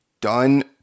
done